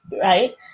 right